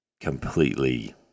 completely